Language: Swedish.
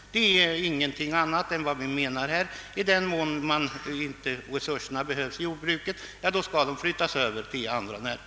Vad vi menar är ingenting annat än att om resurserna inte behövs i jordbruket, så skall de flyttas över till andra näringar.